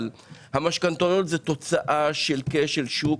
אבל המשכנתאות זה תוצאה של כשל שוק,